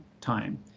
time